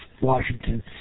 Washington